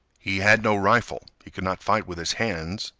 he had no rifle he could not fight with his hands,